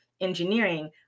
engineering